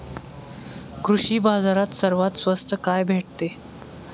कृषी बाजारात सर्वात स्वस्त काय भेटते?